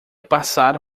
passar